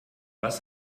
was